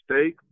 steak